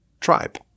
tribe